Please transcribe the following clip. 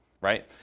right